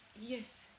Yes